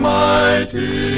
mighty